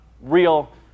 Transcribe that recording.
real